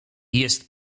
jest